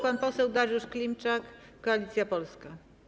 Pan poseł Dariusz Klimczak, Koalicja Polska.